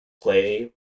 play